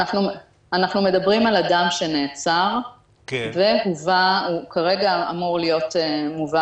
אנחנו מדברים על אדם שנעצר וכרגע הוא אמור להיות מובא